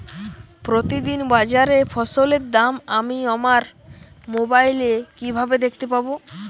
প্রতিদিন বাজারে ফসলের দাম আমি আমার মোবাইলে কিভাবে দেখতে পাব?